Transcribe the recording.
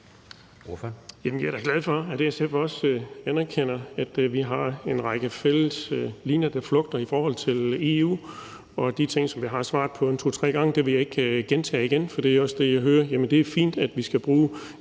jeg er da glad for, at SF også anerkender, at vi har en række fælles linjer, der flugter i forhold til EU. Og de ting, som jeg har svaret på to-tre gange, vil jeg ikke gentage. For det er også det, jeg hører, altså at det er fint, at vi skal bruge